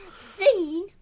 Seen